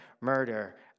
murder